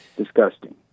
Disgusting